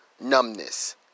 numbness